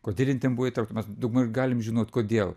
kodėl jin ten buvo įtraukta mes daugmaž galim žinot kodėl